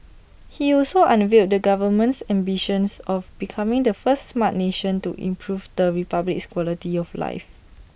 he also unveiled the government's ambitions of becoming the first Smart Nation to improve the republic's quality of life